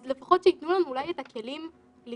אז לפחות שייתנו לנו אולי את הכלים ללמוד,